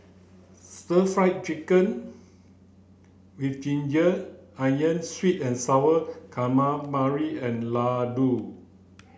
stir fry chicken with ginger onions sweet and sour calamari and Laddu